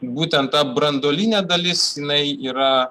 būtent ta branduolinė dalis jinai yra